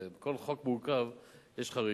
בכל חוק מורכב יש חריגה.